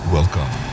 Welcome